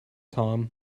tom